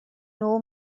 know